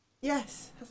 Yes